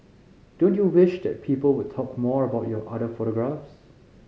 don't you wish that people would talk more about your other photographs